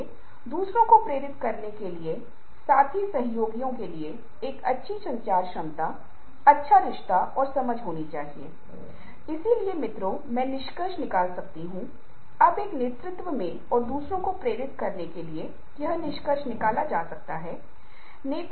बेशक रंग यहां भी एक महत्वपूर्ण भूमिका निभाते हैं इसलिए यहां एक बहुत ही दिलचस्प तरीका है कि कलाकार अशाब्दिक संचार पर कब्जा करने की कोशिश करते हैं और शायद यही वह जगह है जहां हम सामाजिक सांस्कृतिक संदर्भों में अशाब्दिक संचार को समझने का सबसे अच्छा तरीका सीखते हैं